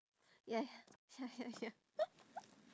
ya ya ya ya ya